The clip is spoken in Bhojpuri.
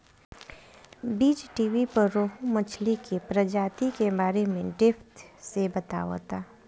बीज़टीवी पर रोहु मछली के प्रजाति के बारे में डेप्थ से बतावता